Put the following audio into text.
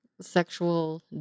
sexual